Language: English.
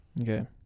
Okay